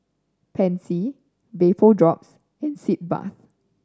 Pansy Vapodrops and Sitz Bath